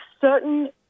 certain